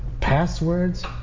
passwords